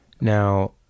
Now